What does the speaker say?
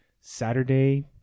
Saturday